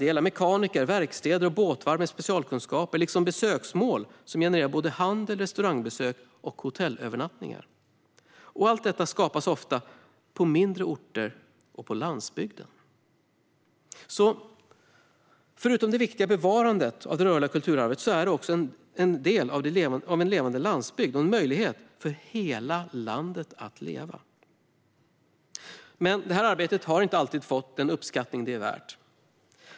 Det är mekaniker, verkstäder och båtvarv med specialistkunskaper. Det är besöksmål som genererar handel, restaurangbesök och hotellövernattningar. Allt detta skapas ofta på mindre orter och på landsbygden, så förutom en del av det viktiga bevarandet av det rörliga kulturarvet är det också en del av en levande landsbygd och en möjlighet för hela landet att leva. Men det här arbetet har inte alltid fått den uppskattning det är värt.